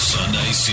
Sunday